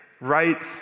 right